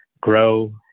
grow